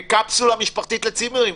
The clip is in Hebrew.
קפסולה משפחתית, לצימרים?